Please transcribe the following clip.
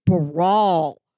brawl